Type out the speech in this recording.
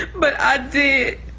but i did.